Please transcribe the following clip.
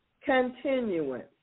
continuance